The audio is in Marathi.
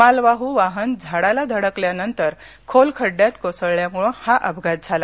मालवाहू वाहन झाडाला धडकल्यानंतर खोल खड्ड्यात कोसळल्यामुळे हा अपघात झाला